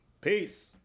Peace